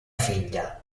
figlia